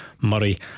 Murray